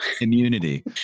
immunity